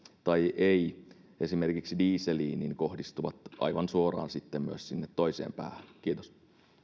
tai ei esimerkiksi dieseliin kohdistuvat aivan suoraan myös sinne toiseen päähän kiitos